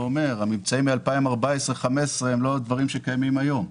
הממצאים מ-2014 2015 הם לא דברים שקיימים היום.